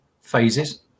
phases